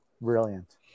Brilliant